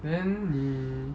then 你